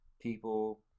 people